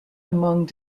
among